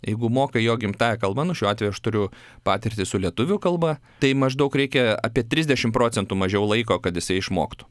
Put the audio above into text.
jeigu mokai jo gimtąja kalba nu šiuo atveju aš turiu patirtį su lietuvių kalba tai maždaug reikia apie trisdešim procentų mažiau laiko kad jisai išmoktų